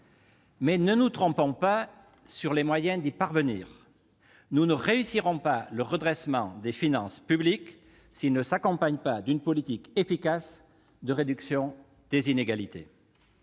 Mais ne nous trompons pas sur les moyens d'y parvenir : nous ne réussirons pas le redressement des finances publiques s'il ne s'accompagne pas d'une politique efficace de réduction des inégalités.